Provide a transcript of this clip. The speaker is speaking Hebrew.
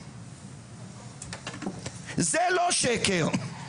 זה לא שקר,